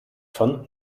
von